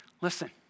Listen